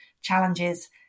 challenges